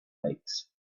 lakes